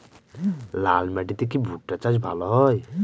লাল মাটিতে কি ভুট্টা চাষ ভালো হয়?